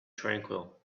tranquil